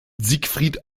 siegfried